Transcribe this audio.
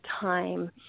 time